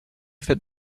fit